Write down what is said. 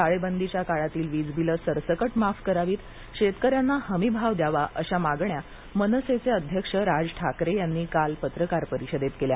टाळेबंदीच्या काळातील विजबिलं सरसकट माफ करावीत शेतकऱ्यांना हमी भाव द्यावा अशा मागण्या मनसेचे अध्यक्ष राज ठाकरे यांनी काल पत्रकार परिषदेत केल्या